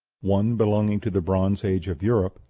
one belonging to the bronze age of europe,